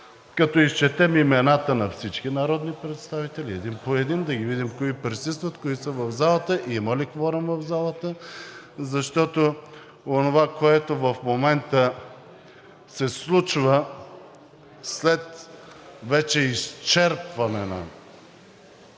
като изчетем имената на всички народни представители – един по един. Да видим кои присъстват, кои са в залата? Има ли кворум в залата? Защото онова, което в момента се случва – след вече изчерпване на